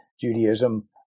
Judaism